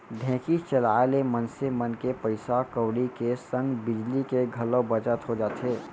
ढेंकी चलाए ले मनसे मन के पइसा कउड़ी के संग बिजली के घलौ बचत हो जाथे